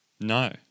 No